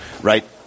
right